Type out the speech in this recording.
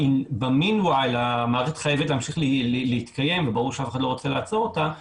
בינתיים המערכת חייבת להמשיך להתקיים וברור שאף אחד לא רוצה לעצור אותה,